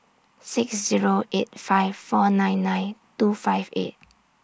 six Zero eight five four nine nine two five eight